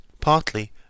partly